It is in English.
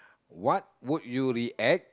what would you react